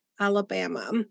Alabama